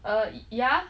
err yeah